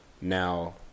Now